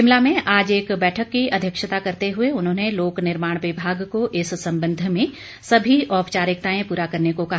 शिमला में आज एक बैठक की अध्यक्षता करते हुए उन्होंने लोक निर्माण विभाग को इस संबंध में सभी औपचारिकताएं पूरा करने को कहा